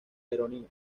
heroína